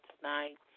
tonight